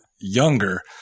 younger